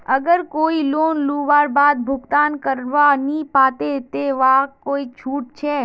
अगर कोई लोन लुबार बाद भुगतान करवा नी पाबे ते वहाक कोई छुट छे?